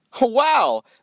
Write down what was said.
Wow